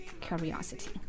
curiosity